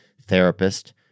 therapist